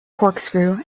corkscrew